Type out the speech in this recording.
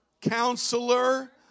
Counselor